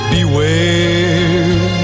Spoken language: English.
Beware